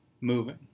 moving